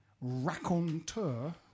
raconteur